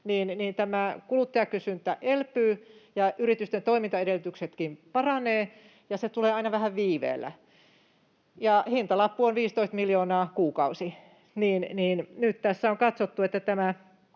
tämä kuluttajakysyntä elpyy ja yritysten toimintaedellytyksetkin paranevat, ja se tulee aina vähän viiveellä, ja hintalappu on 15 miljoonaa kuukaudessa. Ja nyt tässä on katsottu, että tässä